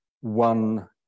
one